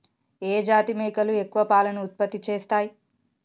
ఏ జాతి మేకలు ఎక్కువ పాలను ఉత్పత్తి చేస్తయ్?